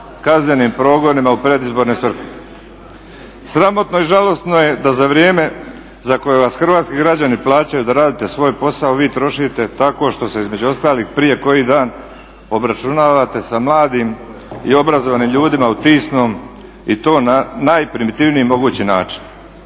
kaznenim progonima u predizborne svrhe. Sramotno i žalosno je da za vrijeme za koje vas hrvatski građani plaćaju da radite svoj posao vi trošite tako što se između ostalih prije koji dan obračunavate sa mladim i obrazovnim ljudima u Tisnom i to na najprimitivniji mogući način.